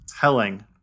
telling